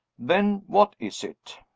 then what is it?